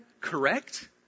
correct